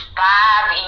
five